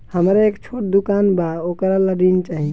हमरा एक छोटा दुकान बा वोकरा ला ऋण चाही?